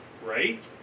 Right